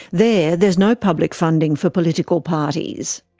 there there is no public funding for political parties.